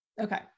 Okay